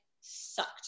sucked